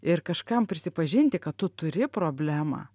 ir kažkam prisipažinti kad tu turi problemą